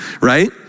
Right